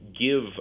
give